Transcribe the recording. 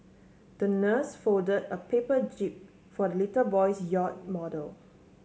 the nurse fold a paper jib for little boy's yacht model